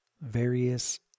various